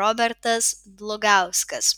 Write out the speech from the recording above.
robertas dlugauskas